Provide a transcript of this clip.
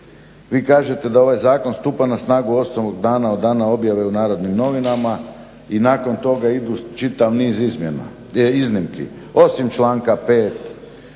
Vi kažete da ovaj zakon stupa na snagu 8 dana od dana objave u Narodnim novinama i nakon toga ide čitav niz iznimki. Osim članka 5.,